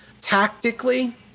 tactically